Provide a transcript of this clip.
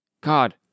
God